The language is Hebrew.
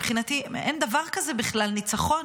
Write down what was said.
מבחינתי אין דבר כזה בכלל ניצחון